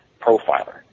Profiler